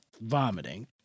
vomiting